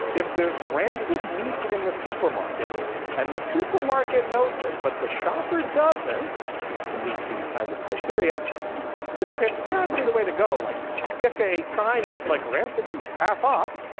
if there's rancid meat in the supermarket and the supermarket knows it but the shopper doesn't seems to meet these kind of criteria is transparency the way to go? like stick a sign and it's like, rancid meat half off?